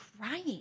crying